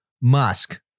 Musk